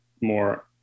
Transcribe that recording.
more